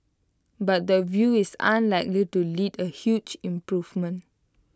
but the view is unlikely to lead A huge improvement